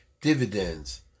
dividends